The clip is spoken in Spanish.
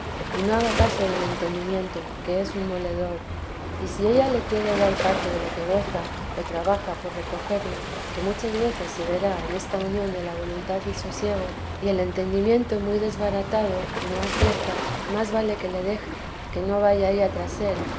y no haga caso del entendimiento que es un moledor y si ella le quiere dar parte de lo que goza o trabaja por recogerle de la santa madre y el entendimiento muy desbaratado no acierta más vale que le deje que no vaya ella tras él